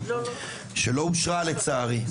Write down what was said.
שלא אושרה לצערי,